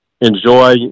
enjoy